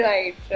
Right